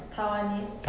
taiwanese